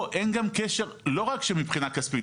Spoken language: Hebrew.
לא רק שמבחינה כספית.